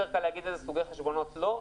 קל יותר להגיד איזה סוגי חשבונות לא.